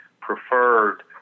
preferred